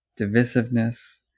divisiveness